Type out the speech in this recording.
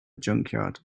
junkyard